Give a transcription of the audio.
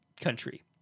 country